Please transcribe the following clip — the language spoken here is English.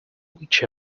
which